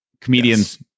comedians